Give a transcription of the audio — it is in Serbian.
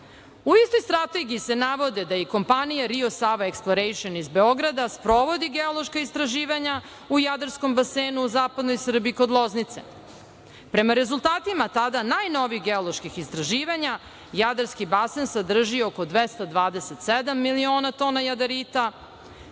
U istoj strategiji se navode da i kompanije „Rio Sava – eksplorejšn“ iz Beograda sprovodi geološka istraživanja u Jadarskom basenu u Zapadnoj Srbiji kod Loznice. Prema rezultatima tada najnovijih geoloških istraživanja Jadarski basen sadrži oko 227 miliona tona jadarita,